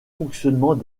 fonctionnement